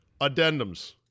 Addendums